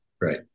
Right